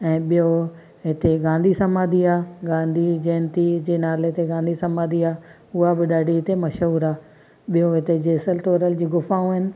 ऐं ॿियों हिते गांधी समाधी आहे गांधी जयंती जे नाले ते गांधी समाधी आहे उहा बि ॾाढी हिते मशहूरु आहे ॿियो हिते जेसल तोरल जी ग़ुफ़ाऊं आहिनि